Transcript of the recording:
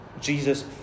Jesus